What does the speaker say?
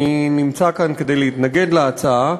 אני נמצא כאן כדי להתנגד להצעה.